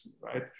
right